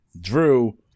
Drew